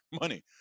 money